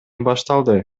башталды